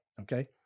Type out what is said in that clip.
Okay